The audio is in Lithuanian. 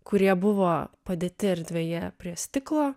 kurie buvo padėti erdvėje prie stiklo